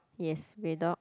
yes grey dog